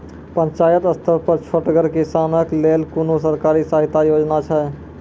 पंचायत स्तर पर छोटगर किसानक लेल कुनू सरकारी सहायता योजना छै?